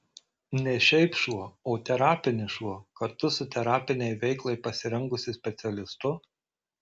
ne šiaip šuo o terapinis šuo kartu su terapinei veiklai pasirengusiu specialistu